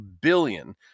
billion